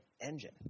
engine